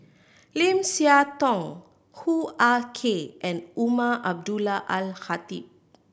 Lim Siah Tong Hoo Ah Kay and Umar Abdullah Al Khatib